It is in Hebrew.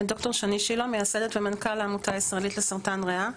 אני מייסדת ומנכ"ל העמותה הישראלית לסרטן ריאה.